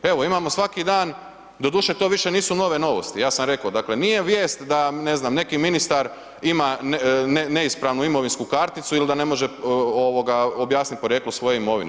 Evo imamo svaki dan, doduše to više nisu nove novosti, ja sam rekao, dakle nije vijest ne znam da neki ministar ima neispravnu imovinsku karticu ili da ne može objasniti porijeklo svoje imovine.